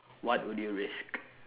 what would you risk